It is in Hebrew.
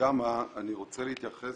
רוצה להתייחס